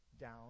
down